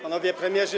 Panowie Premierzy!